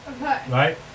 right